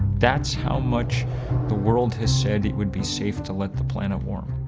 that's how much the world has said it would be safe to let the planet warm.